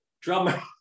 drummer